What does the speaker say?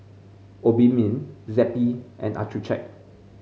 Obimin Zappy and Accucheck